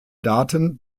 daten